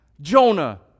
Jonah